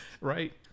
right